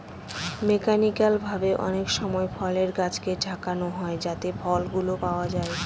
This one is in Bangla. মেকানিক্যাল ভাবে অনেকসময় ফলের গাছকে ঝাঁকানো হয় যাতে ফলগুলো পাওয়া যায়